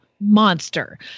monster